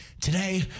Today